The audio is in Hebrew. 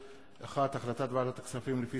החלטת ועדת הכספים, לפי